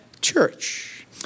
church